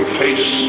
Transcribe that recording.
face